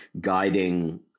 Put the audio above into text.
guiding